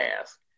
ask